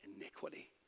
iniquity